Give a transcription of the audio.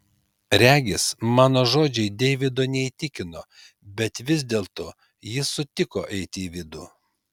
regis mano žodžiai deivido neįtikino bet vis dėlto jis sutiko eiti į vidų